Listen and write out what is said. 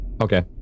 Okay